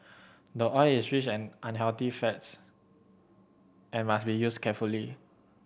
the oil is rich an unhealthy fats and must be used carefully